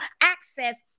access